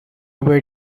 were